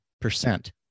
percent